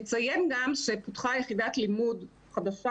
נציין גם שפותחה יחידת לימוד חדשה